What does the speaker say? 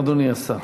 אדוני השר.